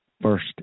first